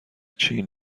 چین